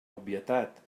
obvietat